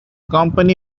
company